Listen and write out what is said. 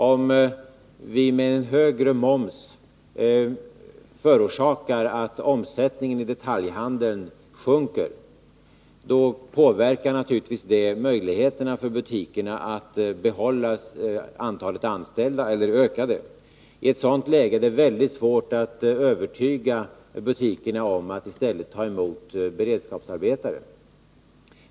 Om vi med en hög moms förorsakar att omsättningen i detaljhandeln sjunker, påverkar detta givetvis möjligheterna för butikerna att behålla eller öka antalet anställda. I ett sådant läge är det mycket svårt att övertyga butikerna om att i stället ta emot beredskapsarbetare.